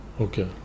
Okay